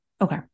Okay